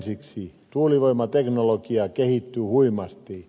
ensiksi tuulivoimateknologia kehittyy huimasti